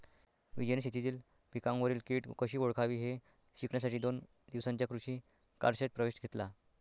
विजयने शेतीतील पिकांवरील कीड कशी ओळखावी हे शिकण्यासाठी दोन दिवसांच्या कृषी कार्यशाळेत प्रवेश घेतला